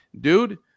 dude